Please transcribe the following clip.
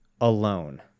alone